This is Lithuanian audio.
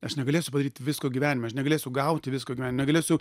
aš negalėsiu padaryt visko gyvenime aš negalėsiu gauti visko negalėsiu